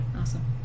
Awesome